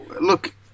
look